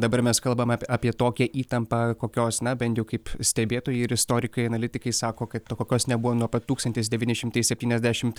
dabar mes kalbam ap apie tokią įtampą kokios na bent jau kaip stebėtojai ir istorikai analitikai sako kad tokios nebuvo nuo pat tūkstantis devyni šimtai septyniasdešimt pirmų